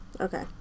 Okay